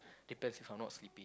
depends if I'm not sleepy